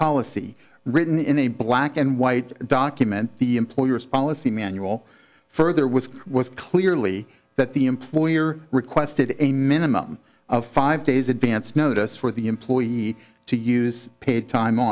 policy written in a black and white document the employers policy manual further was was clearly that the employer requested a minimum of five days advance notice for the employee to use paid time